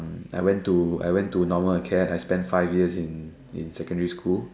I went to I went to normal acad I spent like five years in secondary school